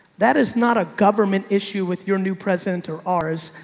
that is not a government issue with your new president or ours.